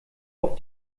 auf